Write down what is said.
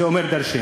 זה אומר דורשני.